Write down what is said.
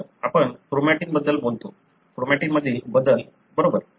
तर आपण क्रोमॅटिनबद्दल बोलतो क्रोमॅटिन मधील बदल बरोबर